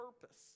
purpose